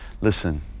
Listen